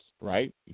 right